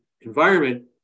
environment